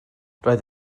roedd